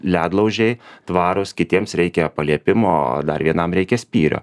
ledlaužiai tvarūs kitiems reikia paliepimo dar vienam reikia spyrio